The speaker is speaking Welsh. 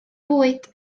bwyd